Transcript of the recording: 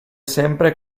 sempre